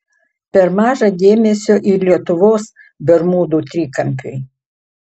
per maža dėmesio ir lietuvos bermudų trikampiui